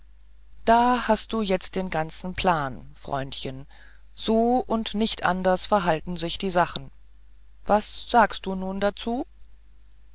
da hast du jetzt den ganzen plan freundchen so und nicht anders verhalten sich die sachen was sagst du nun dazu